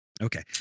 Okay